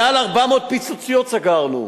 מעל 400 "פיצוציות" סגרנו.